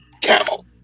camel